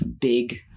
big